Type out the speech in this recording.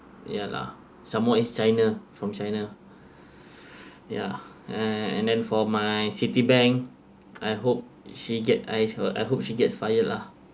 ya lah some more is china from china ya and then for my citibank I hope she get I hope she gets fired lah